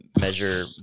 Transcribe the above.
measure